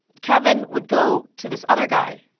kevin would go to this other guy